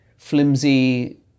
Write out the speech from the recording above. Flimsy